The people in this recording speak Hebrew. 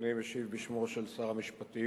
אני משיב בשמו של שר המשפטים.